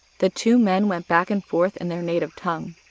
the two men went back and forth in their native tongue.